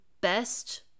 best